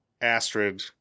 Astrid